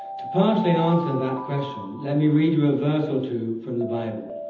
to partially answer that question, let me read you a verse or two from the bible.